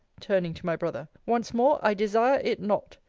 turning to my brother once more i desire it not.